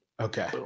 Okay